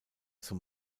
zum